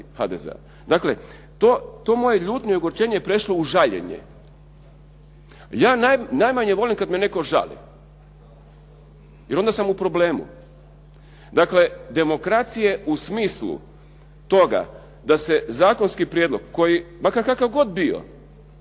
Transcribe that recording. Dakle, ta moja ljutnja i ogorčenje je prešlo u žaljenje. Ja najmanje volim kad me netko žali jer onda sam u problemu. Dakle, demokracije u smislu toga da se zakonski prijedlog koji ma kakav god bio,